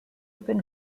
open